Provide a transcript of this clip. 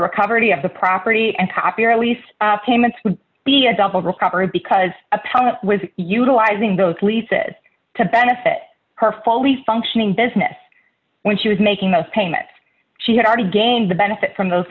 recovery of the property and copy or at least payments would be a double recovery because a parent was utilizing those leases to benefit her fully functioning business when she was making those payments she had already gained the benefit from those